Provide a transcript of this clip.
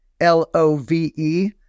l-o-v-e